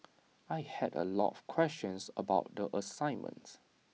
I had A lot of questions about the assignment